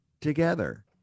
together